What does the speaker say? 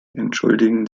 entschuldigen